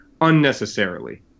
unnecessarily